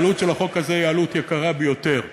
העלות של החוק הזה היא יקרה ביותר -- כמה?